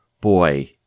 boy